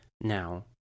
now